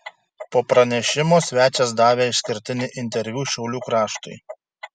po pranešimo svečias davė išskirtinį interviu šiaulių kraštui